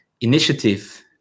initiative